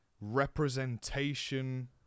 representation